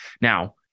Now